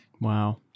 Wow